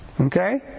Okay